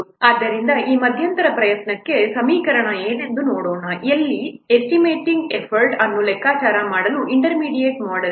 ಆದ್ದರಿಂದ ಈ ಮಧ್ಯಂತರ ಪ್ರಯತ್ನಕ್ಕೆ ಸಮೀಕರಣ ಏನೆಂದು ನೋಡೋಣ ಇಲ್ಲಿ ಎಸ್ಟಿಮೇಟಿಂಗ್ ಎಫರ್ಟ್ ಅನ್ನು ಲೆಕ್ಕಾಚಾರ ಮಾಡಲು ಇಂಟರ್ಮೀಡಿಯೇಟ್ ಮೊಡೆಲ್